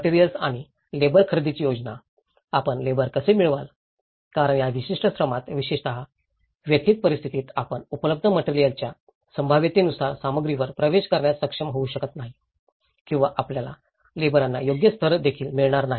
materials आणि labour खरेदीची योजना आपण लेबर कसे मिळवाल कारण या विशिष्ट श्रमात विशेषत व्यथित परिस्थितीत आपण उपलब्ध मटेरिअल्साच्या संभाव्यतेनुसार सामग्रीवर प्रवेश करण्यास सक्षम होऊ शकत नाही किंवा आपल्याला लेबरांना योग्य स्तर देखील मिळणार नाही